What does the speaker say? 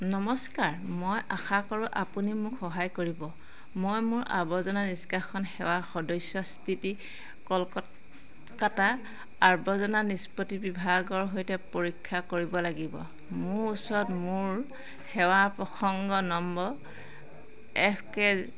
নমস্কাৰ মই আশা কৰোঁ আপুনি মোক সহায় কৰিব মই মোৰ আৱৰ্জনা নিষ্কাশন সেৱাৰ সদস্য স্থিতি কলকাতা আৱৰ্জনা নিষ্পত্তি বিভাগৰ সৈতে পৰীক্ষা কৰিব লাগিব মোৰ ওচৰত মোৰ সেৱাৰ প্ৰসংগ নম্বৰ এফ কে